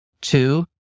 Two